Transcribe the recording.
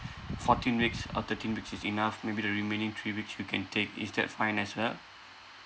fourteen weeks or thirteen weeks is enough maybe the remaining three weeks you can take is that fine as well